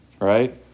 right